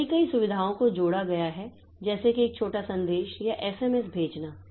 तो कई कई सुविधाओं को जोड़ा गया है जैसे कि एक छोटा संदेश या एसएमएस भेजना